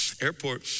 airport